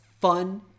fun